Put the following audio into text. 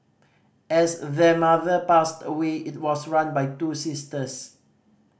after their mother passed away it was run by two sisters